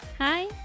Hi